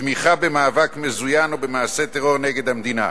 תמיכה במאבק מזוין או במעשה טרור נגד המדינה,